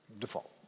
default